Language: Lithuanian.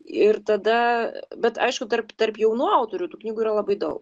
ir tada bet aišku tarp tarp jaunų autorių tų knygų yra labai daug